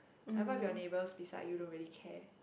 like what if your neighbours beside you don't really care